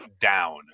down